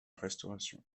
restauration